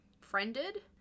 Friended